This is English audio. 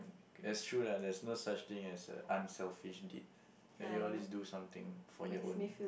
that's true lah there's no such thing as a unselfish deed that you always do something for your own